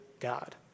God